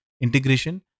integration